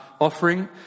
offering